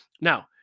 Now